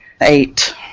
eight